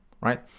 right